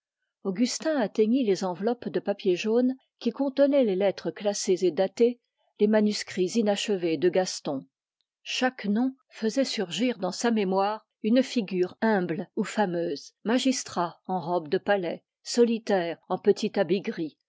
augustin atteignit les enveloppes qui contenaient les lettres classées et datées les manuscrits inachevés de gaston chaque nom faisait surgir dans sa mémoire une figure humble ou fameuse magistrat en robe de palais solitaire en petit habit gris